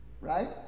Right